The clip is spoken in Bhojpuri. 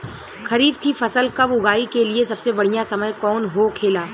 खरीफ की फसल कब उगाई के लिए सबसे बढ़ियां समय कौन हो खेला?